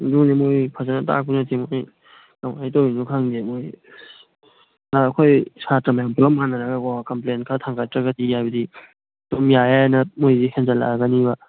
ꯑꯗꯨꯅꯦ ꯃꯣꯏ ꯐꯖꯅ ꯇꯥꯛꯄꯁꯨ ꯅꯠꯇꯦ ꯃꯣꯏ ꯀꯃꯥꯏꯅ ꯇꯧꯔꯤꯅꯣ ꯈꯪꯗꯦ ꯃꯣꯏ ꯑꯩꯈꯣꯏ ꯁꯥꯠꯇ꯭ꯔ ꯃꯌꯥꯝ ꯄꯨꯂꯞ ꯃꯥꯟꯅꯔꯒꯀꯣ ꯀꯝꯄ꯭ꯂꯦꯟ ꯈꯔ ꯊꯥꯡꯒꯠꯇ꯭ꯔꯒꯗꯤ ꯍꯥꯏꯕꯗꯤ ꯑꯗꯨꯝ ꯌꯥꯏ ꯌꯥꯏꯑꯅ ꯃꯣꯏꯁꯤ ꯍꯦꯟꯖꯤꯜꯂꯛꯑꯒꯅꯤꯕ